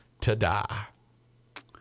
Ta-da